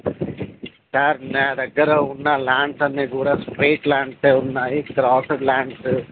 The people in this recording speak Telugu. సార్ నా దగ్గర ఉన్న ల్యాండ్స్ అన్నీ కూడా స్ట్రెయిట్ ల్యాండ్సే ఉన్నాయి క్రాసర్ ల్యాండ్స్